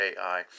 AI